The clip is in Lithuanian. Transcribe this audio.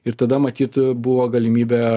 ir tada matyt buvo galimybė